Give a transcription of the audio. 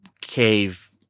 cave